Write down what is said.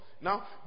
Now